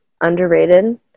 underrated